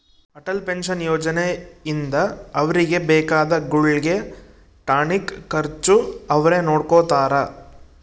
Atal pension ಯೋಜನೆ ಇಂದ ಅವ್ರಿಗೆ ಬೇಕಾದ ಗುಳ್ಗೆ ಟಾನಿಕ್ ಖರ್ಚು ಅವ್ರೆ ನೊಡ್ಕೊತಾರ